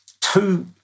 two